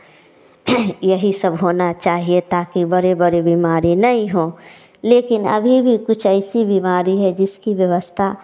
यही सब होना चाहिए ताकि बड़े बड़े बीमारी नहीं हों लेकिन अभी भी कुछ ऐसी बीमारी है जिसकी व्यवस्था